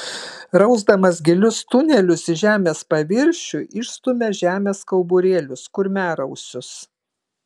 rausdamas gilius tunelius į žemės paviršių išstumia žemės kauburėlius kurmiarausius